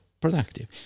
productive